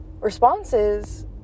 responses